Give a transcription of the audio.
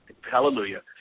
hallelujah